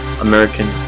American